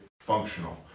functional